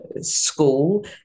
school